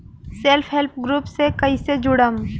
Self help group से कइसे जुड़म?